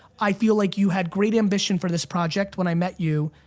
i feel like you had great ambition for this project when i met you.